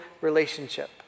relationship